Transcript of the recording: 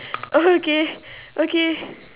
oh okay okay